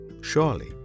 Surely